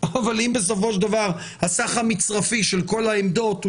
מעבר למחסור האדיר בכוח אדם של המסעדנים בנקודת